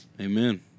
amen